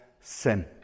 sin